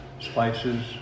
spices